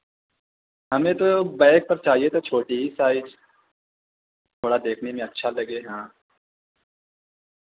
ہمیں تو بیگ پر چاہیے تھا چھوٹی ہی سائز تھوڑا دیکھنے میں اچھا لگے ہاں